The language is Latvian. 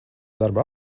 darba